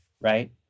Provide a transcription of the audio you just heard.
Right